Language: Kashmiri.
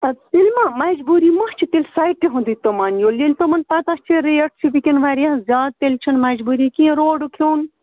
اَد تیٚلہِ مَہ مَجبوٗری مَہ چھِ تیٚلہِ سایٹہِ ہُنٛدُے تِمَن ییٚلہِ تِمَن پَتَہ چھِ ریٹ چھِ وٕکٮ۪ن واریاہ زیادٕ تیٚلہِ چھَنہٕ مَجبوٗری کیٚنٛہہ روڈُک ہیوٚن